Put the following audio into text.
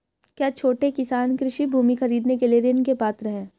क्या छोटे किसान कृषि भूमि खरीदने के लिए ऋण के पात्र हैं?